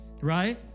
right